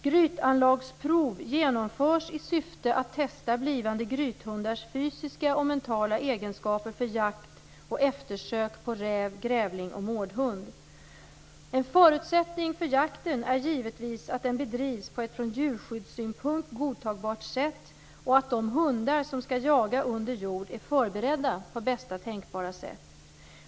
Grytanlagsprov genomförs i syfte att testa blivande grythundars fysiska och mentala egenskaper för jakt och eftersök på räv, grävling och mårdhund. En förutsättning för jakten är givetvis att den bedrivs på ett från djurskyddssynpunkt godtagbart sätt och att de hundar som skall jaga under jord är förberedda på bästa tänkbara sätt.